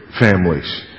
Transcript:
families